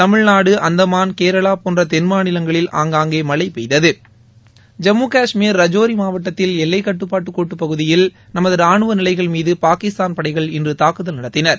தமிழ்நாடு அந்தமான் கேரளா போன்ற தென் மாநிலங்களில் ஆங்காங்கே மழை பெய்தது ஐம்மு காஷ்மீர் ரஜ்ஜோரி மாவட்டத்தில் எல்லை கட்டுப்பாட்டு கோட்டுப் பகுதியில் நமது ராணுவ நிலைகள் மீது பாகிஸ்தான் படைகள் இன்று தாக்குதல் நடத்தினர்